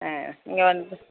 ஆ நீங்கள் வந்து